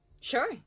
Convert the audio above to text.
sure